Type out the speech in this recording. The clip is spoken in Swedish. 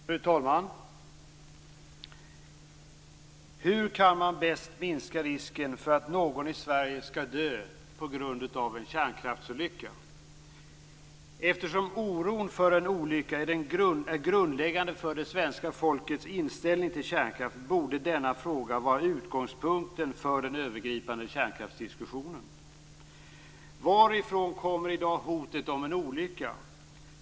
Fru talman! Hur kan man bäst minska risken för att någon i Sverige skall dö på grund av en kärnkraftsolycka? Eftersom oron för en olycka är grundläggande för det svenska folkets inställning till kärnkraft, borde denna fråga vara utgångspunkten för den övergripande kärnkraftsdiskussionen. Varifrån kommer i dag hotet om en olycka?